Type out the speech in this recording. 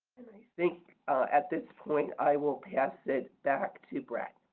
and i think at this point i will pass it back to brett.